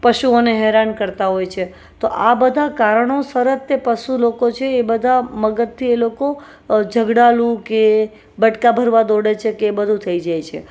પશુઓને હેરાન કરતા હોય છે તો આ બધા કારણોસર જ તે પશુ લોકો છે એ બધા મગજથી એ લોકો ઝઘડાલું કે બટકા ભરવા દોડે છે કે બધું થઈ જાય છે